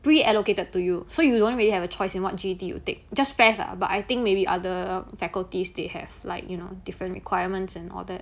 preallocated to you so you don't really have a choice in what G_E_T you take just F_A_S_S ah but I think maybe other faculties they have like you know different requirements and all that